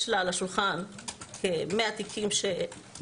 יש לה על השולחן כמאה תיקים שנשארו